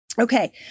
Okay